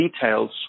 details